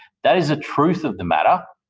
that is the truth of the matter.